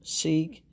seek